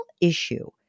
issue